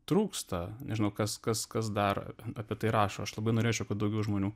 trūksta nežinau kas kas kas dar apie tai rašo aš labai norėčiau kad daugiau žmonių